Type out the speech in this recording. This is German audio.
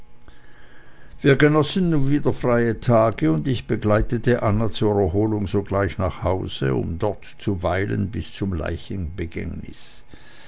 wir genossen nun wieder freie tage und ich begleitete anna zur erholung sogleich nach hause um dort zu weilen bis zum